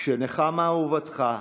כשנחמה אהובתך,